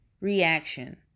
reaction